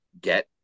get